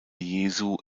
jesu